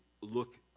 look